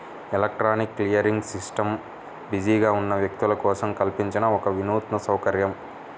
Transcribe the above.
electronic clearing system బిజీగా ఉన్న వ్యక్తుల కోసం కల్పించిన ఒక వినూత్న సౌకర్యం